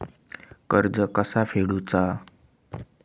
कर्ज कसा फेडुचा?